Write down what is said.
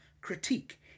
critique